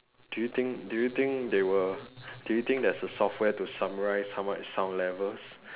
do you think do you think they will do you think there's a software to summarize how much sound levels